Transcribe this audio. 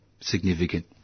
significant